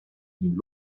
ning